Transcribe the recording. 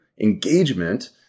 engagement